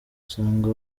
usanga